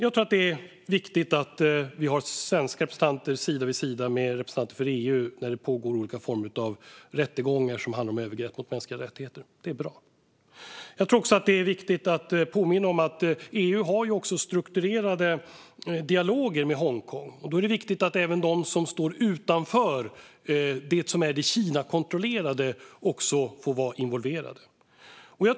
Jag tror att det är viktigt att vi har svenska representanter sida vid sida med representanter för EU när det pågår olika former av rättegångar som handlar om övergrepp mot mänskliga rättigheter. Det är bra. Jag tror också att det är viktigt att påminna om att EU har strukturerade dialoger med Hongkong. Då är det viktigt att även de som står utanför det Kinakontrollerade får vara involverade.